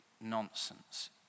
nonsense